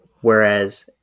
Whereas